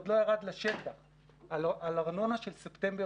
עכשיו זה עד ספטמבר אוקטובר,